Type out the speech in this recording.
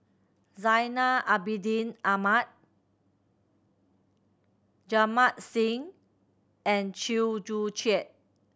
Zainal Abidin Ahmad Jamit Singh and Chew Joo Chiat